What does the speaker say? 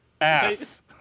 ass